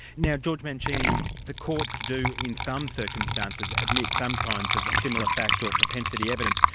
now george mancini, the courts do in some circumstances, admit some kinds of similar fact or propensity evidence.